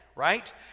right